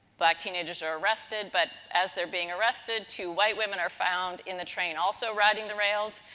black teenagers are arrested. but, as they're being arrested, two white women are found in the train also riding the rails.